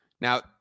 Now